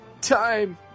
Time